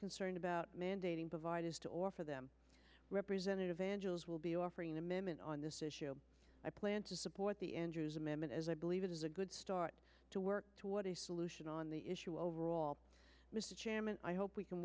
concerned about mandating providers to offer them representative angels will be offering an amendment on this issue i plan to support the andrews amendment as i believe it is a good start to work toward a solution on the issue overall mr chairman i hope we can